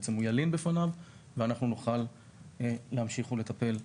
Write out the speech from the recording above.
הוא ילין בפניו ואנחנו נוכל להמשיך ולטפל בתלונה.